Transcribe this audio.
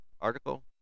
article